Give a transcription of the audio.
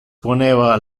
poneva